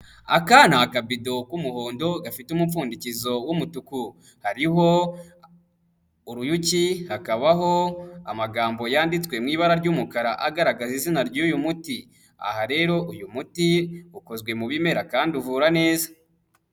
Aka ni akabido k'umuhondo gafite umupfundikizo w'umutuku. Hariho uruyuki, hakabaho amagambo yanditswe mu ibara ry'umukara agaragaza izina ry'uyu muti. Aha rero uyu muti ukozwe mu bimera kandi uvura neza.